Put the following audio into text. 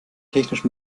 technisch